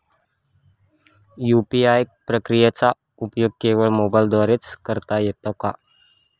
UPI प्रक्रियेचा उपयोग केवळ मोबाईलद्वारे च करता येतो का?